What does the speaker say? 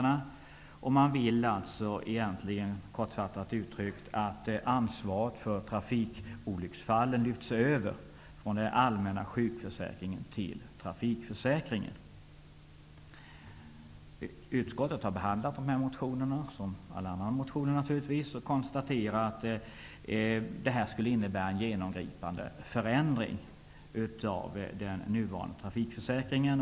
Kort uttryckt vill man att ansvaret för trafikolycksfallen lyfts över från den allmänna sjukförsäkringen till trafikförsäkringen. Utskottet har behandlat dessa motioner -- som alla andra motioner -- och konstaterar att förslaget skulle innebära en genomgripande förändring av den nuvarande trafikförsäkringen.